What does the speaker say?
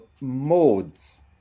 modes